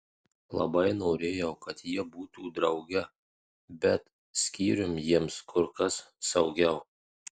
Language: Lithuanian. labai norėjau kad jie būtų drauge bet skyrium jiems kur kas saugiau